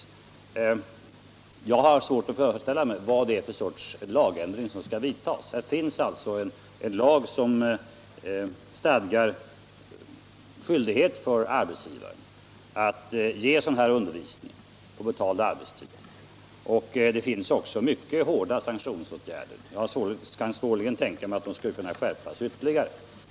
Jag har emellertid svårt att föreställa mig vad det är för slags lagändring som skall vidtas. Det finns redan en lag som stadgar skyldighet för arbetsgivaren att ge undervisning på betald arbetstid, och det finns däri också bestämmelser om rätt att vidta mycket hårda sanktionsåtgärder, varför jag svårligen kan tänka mig att lagbestämmelserna skulle kunna skärpas ytterligare.